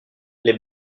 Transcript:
les